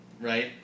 Right